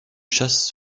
chasse